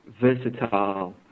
versatile